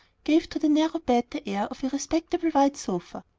gave to the narrow bed the air of a respectable wide sofa.